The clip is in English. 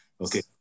Okay